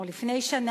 או לפני שנה,